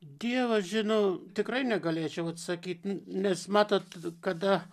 dievas žino tikrai negalėčiau atsakyt nes matot kada